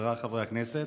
חבריי חברי הכנסת,